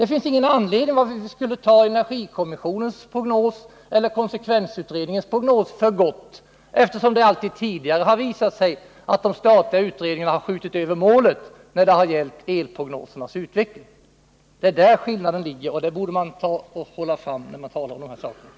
Det finns ingen anledning till att vi skulle godta dessa energikommissionens eller konsekvensutredningens prognoser — det har ju alltid tidigare visat sig att de statliga utredningarna har skjutit över målet i sina prognoser för utvecklingen av elförbrukningen. Det är alltså på den punkten som skillnaden ligger, och det bör framhållas när man talar om dessa frågor.